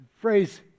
phrase